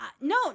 No